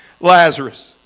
Lazarus